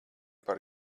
par